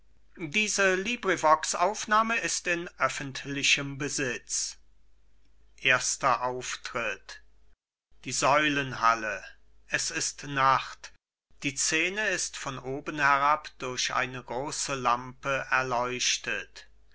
vierter aufzug die säulenhalle es ist nacht die scene ist von oben herab durch eine große lampe erleuchtet